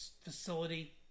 facility